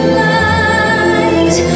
light